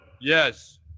Yes